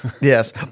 Yes